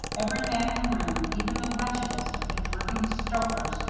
every man in the room, even the wretchedest of the dripping stokers,